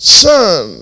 son